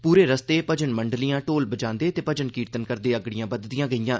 पूरे रस्ते भजन मंडलियां ढोल बजांदे ते भजन कीर्तन करदे अगड़े बदघियां गेईयां